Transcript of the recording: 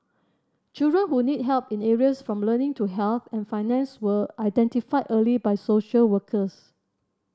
children who need help in areas from learning to health and finance were identified early by social workers